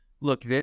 look